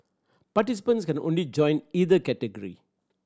participants can only join either category